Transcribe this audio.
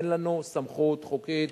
אין לנו סמכות חוקית